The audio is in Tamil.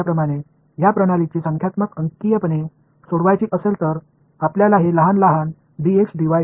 இப்போது நான் சொன்னது போல இந்த சமன்பாடுகளின் அமைப்பை எண்ணியல் ரீதியாக தீர்க்க விரும்பினால் இதை சிறிய dx dy dz dt ஆக வெட்ட வேண்டும்